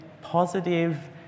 positive